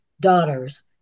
daughters